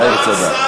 יאיר צדק.